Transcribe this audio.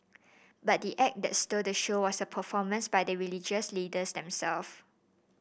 but the act that stole the show was a performance by the religious leaders themselves